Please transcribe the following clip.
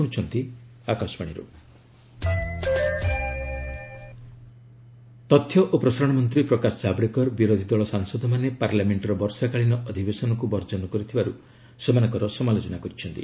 Javadekar opposition MP ତଥ୍ୟ ଓ ପ୍ରସାରଣ ମନ୍ତ୍ରୀ ପ୍ରକାଶ କାଭେଡକର ବିରୋଧୀ ଦଳ ସାଂସଦମାନେ ପାର୍ଲ୍ୟାମେଣ୍ଟର ବର୍ଷାକାଳୀନ ଅଧିବେସନକୁ ବର୍ଜନ କରିଥିବାରୁ ସେମାନଙ୍କର ସମାଲୋଚନା କରିଛନ୍ତି